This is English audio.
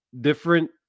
different